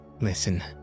Listen